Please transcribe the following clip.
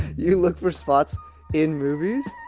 you look for spots in movies?